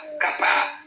kapa